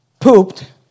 pooped